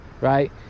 right